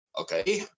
Okay